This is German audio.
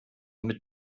mit